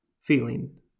feeling